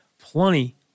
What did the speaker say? plenty